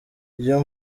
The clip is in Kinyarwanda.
iyo